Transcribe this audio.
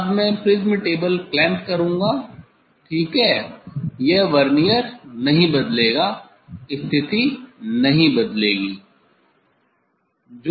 अब मैं prism table clamp करूँगा ठीक है यह वर्नियर नहीं बदलेगा स्थिति नहीं बदलेगी